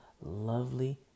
lovely